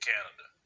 Canada